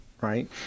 Right